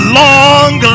long